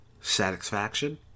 Satisfaction